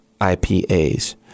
IPAs